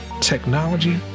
technology